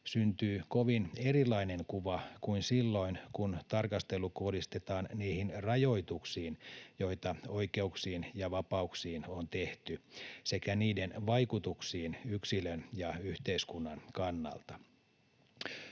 syntyy kovin erilainen kuva kuin silloin, kun tarkastelu kohdistetaan niihin rajoituksiin, joita oikeuksiin ja vapauksiin on tehty sekä niiden vaikutuksiin yksilön ja yhteiskunnan kannalta.